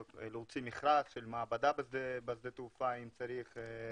להוציא מכרז של מעבדה בשדה התעופה אם צריך,